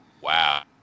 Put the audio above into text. Wow